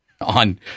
on